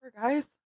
Guys